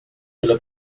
pela